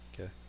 Okay